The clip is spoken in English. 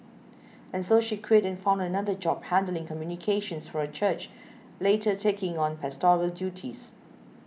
and so she quit and found another job handling communications for a church later taking on pastoral duties